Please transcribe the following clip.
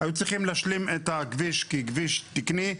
היו צריכים להשלים את הכביש ככביש תקני.